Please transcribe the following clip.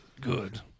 Good